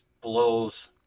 blows